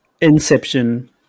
Inception